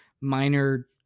minor